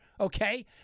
okay